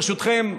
ברשותכם,